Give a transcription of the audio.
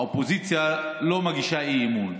האופוזיציה לא מגישה אי-אמון.